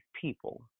people